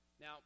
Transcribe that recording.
Now